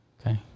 Okay